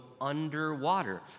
underwater